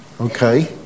Okay